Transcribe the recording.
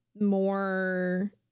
more